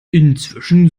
inzwischen